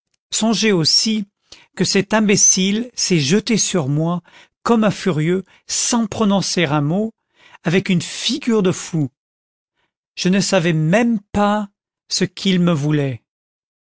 songez aussi que cet imbécile s'est jeté sur moi comme un furieux sans prononcer un mot avec une figure de fou je ne savais même pas ce qu'il me voulait